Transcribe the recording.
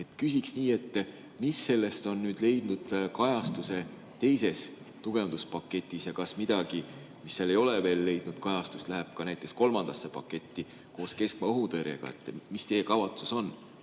Küsiksin nii: mis sellest on leidnud kajastuse teises tugevduspaketis ja kas midagi, mis ei ole veel leidnud kajastust, läheb näiteks kolmandasse paketti koos keskmaa õhutõrjega? Mis teie kavatsus on?